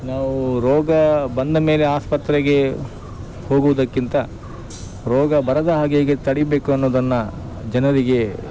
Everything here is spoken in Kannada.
ನಾವು ರೋಗ ಬಂದ ಮೇಲೆ ಆಸ್ಪತ್ರೆಗೆ ಹೋಗೋದಕ್ಕಿಂತ ರೋಗ ಬರದ ಹಾಗೆ ಹೇಗೆ ತಡಿಬೇಕು ಅನ್ನೋದನ್ನು ಜನರಿಗೆ